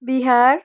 Bihar